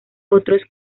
otros